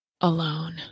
alone